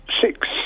six